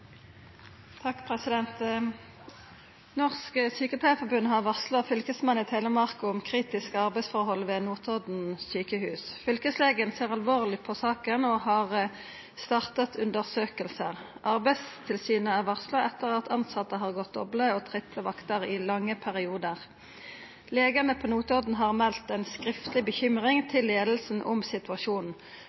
har startet undersøkelser. Arbeidstilsynet er varslet etter at ansatte har gått doble og triple vakter i lange perioder. Legene på Notodden har meldt en skriftlig bekymring til ledelsen om situasjonen.